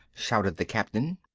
shouted the captain.